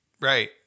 Right